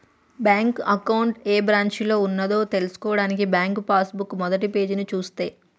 bank account ఏ బ్రాంచిలో ఉన్నదో తెల్సుకోవడానికి బ్యాంకు పాస్ బుక్ మొదటిపేజీని చూస్తే